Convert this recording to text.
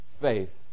faith